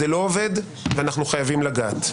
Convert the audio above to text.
זה לא עובד ואנחנו חייבים לגעת,